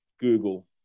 Google